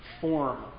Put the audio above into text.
form